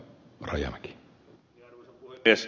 arvoisa puhemies